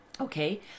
Okay